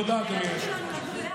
תודה, אדוני היושב-ראש.